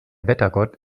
wettergott